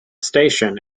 station